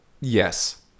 yes